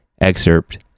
excerpt